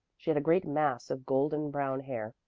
she had a great mass of golden brown hair,